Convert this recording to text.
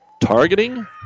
Targeting